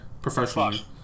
professionally